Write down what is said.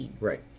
Right